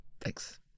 thanks